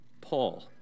Paul